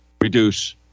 reduce